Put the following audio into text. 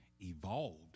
evolved